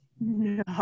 no